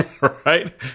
right